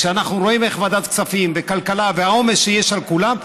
כשאנחנו רואים איך ועדת הכספים והכלכלה והעומס שיש על כולם,